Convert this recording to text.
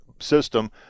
system